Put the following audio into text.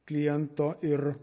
kliento ir